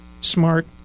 smart